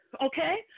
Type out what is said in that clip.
Okay